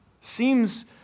Seems